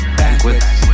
banquets